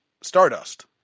Stardust